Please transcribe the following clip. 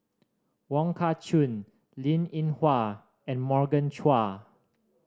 Wong Kah Chun Linn In Hua and Morgan Chua